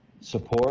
support